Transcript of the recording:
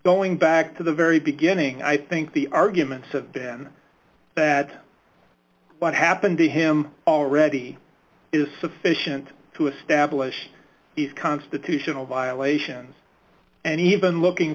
going back to the very beginning i think the arguments of them bad what happened to him already is sufficient to establish it constitutional violation and even looking